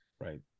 Right